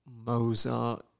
Mozart